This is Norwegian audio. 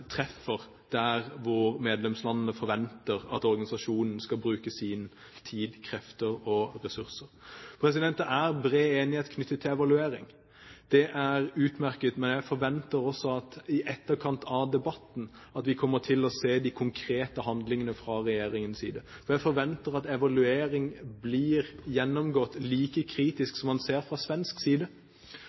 treffer der hvor medlemslandene forventer at organisasjonen skal bruke sin tid og sine krefter og ressurser. Det er bred enighet knyttet til evalueringen. Det er utmerket. Men jeg forventer også at vi kommer til å se konkrete handlinger fra regjeringens side i etterkant av debatten. Jeg forventer at evalueringen blir gjennomgått like kritisk som man ser fra svensk side